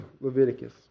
Leviticus